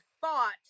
thought